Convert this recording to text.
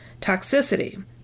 toxicity